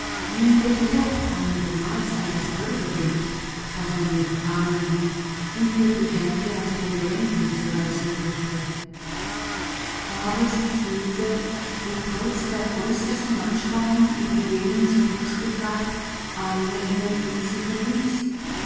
minderte doch einigermaßen das körpergewicht das an ihren armen hing und ihr die hände aus den gelenken zu reißen drohte aber sie fühlte wie trotz der äußersten anspannung ihrer willens und muskelkraft alle energie sie verließ